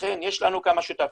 לכן יש לנו כמה שותפים,